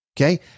Okay